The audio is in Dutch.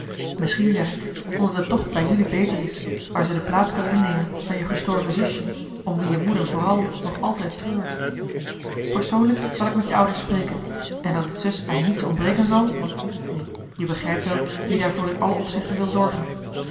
misschien zeg ik omdat het tch bij jelui joh h been paddeltje de scheepsjongen van michiel de ruijter beter is waar zij de plaats kan innemen van je gestorven zusje om wie je moeder vooral nog altijd treurt persoonlijk zal ik met je ouders spreken en dat het zus aan niets ontbreken zal nu je begrijpt wel wie daarvoor in alle opzichten wil zorgen